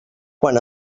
quan